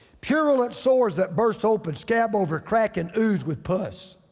purulent sores that burst open, scab over cracking ooze with pus.